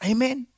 Amen